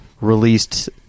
released